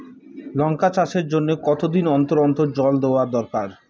লঙ্কা চাষের জন্যে কতদিন অন্তর অন্তর জল দেওয়া দরকার?